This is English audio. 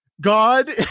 God